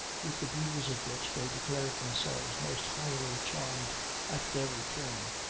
with the beauties of which they declared themselves most highly charmed at their return,